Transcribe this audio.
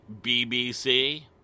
BBC